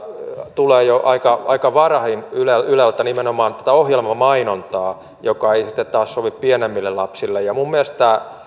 tulee jo aika aika varhain yleltä yleltä nimenomaan tätä ohjelmamainontaa joka ei sitten taas sovi pienemmille lapsille minun mielestäni